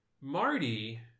Marty